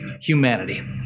humanity